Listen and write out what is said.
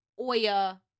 oya